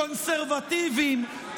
קונסרבטיבים,